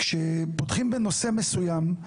כשפותחים בנושא מסוים,